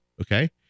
Okay